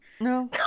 No